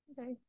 Okay